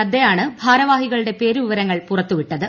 നദ്ദയാണ് ഭാരവാഹികളുടെ പേരു വിവരങ്ങൾ പുറത്തുവിട്ടത്